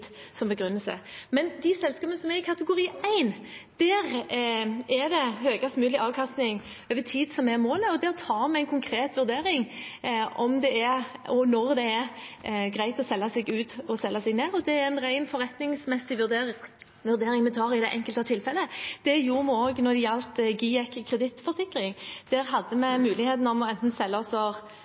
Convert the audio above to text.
som begrunnelse. Men for de selskapene som er i kategori 1, er det høyest mulig avkastning over tid som er målet, og der tar vi en konkret vurdering om det er, og når det er, greit å selge seg ut og selge seg ned. Det er en rent forretningsmessig vurdering vi tar i det enkelte tilfellet. Det gjorde vi også når det gjaldt GIEK Kredittforsikring. Der hadde vi muligheten til enten å